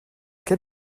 quel